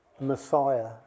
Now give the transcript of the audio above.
Messiah